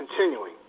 continuing